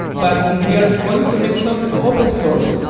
but if we are going to make something open-source,